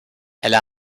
elle